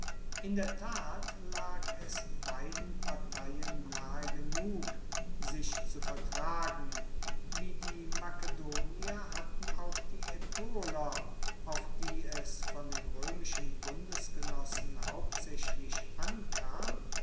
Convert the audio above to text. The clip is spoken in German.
in der tat lag es beiden parteien nahe genug sich zu vertragen wie die makedonier hatten auch die aetoler auf die es von den roemischen bundesgenossen hauptsaechlich ankam